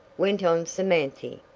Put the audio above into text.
went on samanthy.